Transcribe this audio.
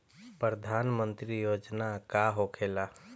प्रधानमंत्री योजना का होखेला?